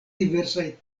diversaj